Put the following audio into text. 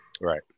Right